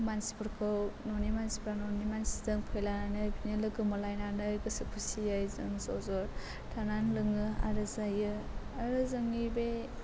मानसिफोरखौ ननि मानसि फैलानानै बिदिनो लोगो मोनलायनानै गोसो खुसियै जों ज' ज' थानानै लोङो आरो जायो आरो जोंनि बे